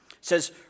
says